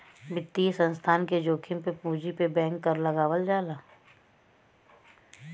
वित्तीय संस्थान के जोखिम पे पूंजी पे बैंक कर लगावल जाला